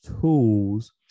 tools